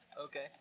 Okay